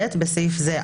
(ב) בסעיף זה,